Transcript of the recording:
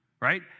right